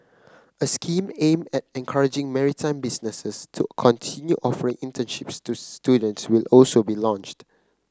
a scheme aimed at encouraging maritime businesses to continue offering internships to student will also be launched